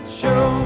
show